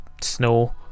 Snow